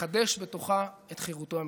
ולחדש בתוכה את חירותו המדינית.